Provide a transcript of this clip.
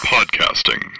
Podcasting